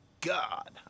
god